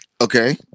Okay